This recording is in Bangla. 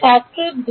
ছাত্র ২